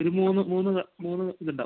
ഒരു മൂന്ന് മൂന്ന് മൂന്ന് ഇതുണ്ടാവും